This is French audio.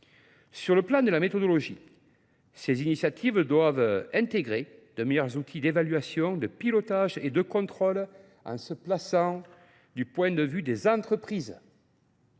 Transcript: Sur le plan de la méthodologie, ces initiatives doivent intégrer de meilleurs outils d'évaluation, de pilotage et de contrôle en se plaçant du point de vue des entreprises.